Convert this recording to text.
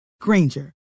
Granger